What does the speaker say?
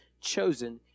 chosen